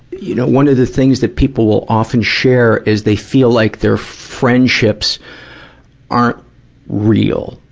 you know, one of the things that people will often share is they feel like they're friendships aren't real.